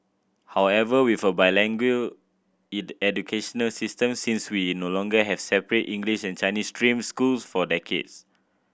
however with a bilingual education system since we no longer have separate English and Chinese stream schools for decades